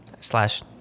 slash